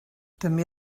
també